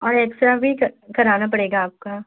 और x-ray भी कराना पड़ेगा आपका